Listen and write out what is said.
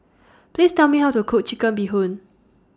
Please Tell Me How to Cook Chicken Bee Hoon